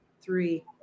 Three